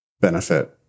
benefit